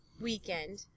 weekend